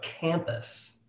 campus